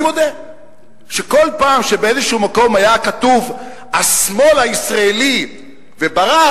אני מודה שכל פעם שבאיזה מקום היה כתוב: השמאל הישראלי וברק,